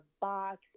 box